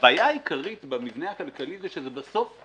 הבעיה העיקרית במבנה הכלכלי היא שזה בסוף זה